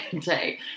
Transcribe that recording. day